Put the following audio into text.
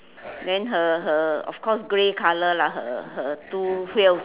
then her her of course grey colour lah her her two wheels